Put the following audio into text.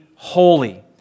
Holy